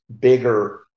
bigger